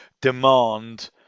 demand